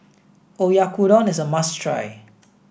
Oyakodon is a must try